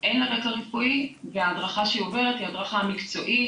אין לה רקע רפואי וההדרכה שהיא עוברת היא הדרכה מקצועית,